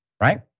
right